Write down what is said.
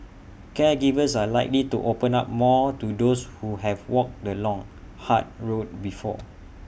caregivers are likely to open up more to those who have walked the long hard road before